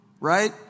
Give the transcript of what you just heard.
right